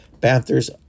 Panthers